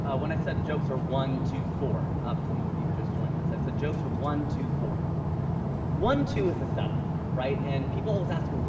ah when i said jokes are one, two, four for some of you just joining us, i said jokes are one, two, four one, two is the setup. right? and people always ask,